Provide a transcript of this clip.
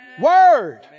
Word